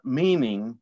meaning